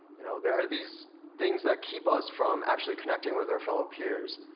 you know there are these things that keep us from actually connecting with our fellow peers.